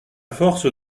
force